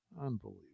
Unbelievable